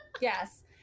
Yes